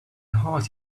heart